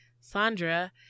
Sandra